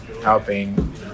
helping